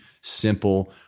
simple